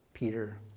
Peter